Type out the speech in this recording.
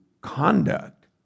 conduct